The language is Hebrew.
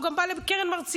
הוא גם בא לקרן מרציאנו